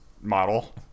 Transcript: model